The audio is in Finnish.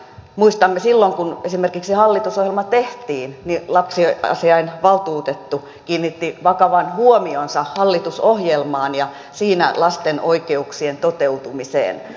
muistamme että silloin kun esimerkiksi hallitusohjelma tehtiin lapsiasiavaltuutettu kiinnitti vakavan huomionsa hallitusohjelmaan ja lasten oikeuksien toteutumiseen siinä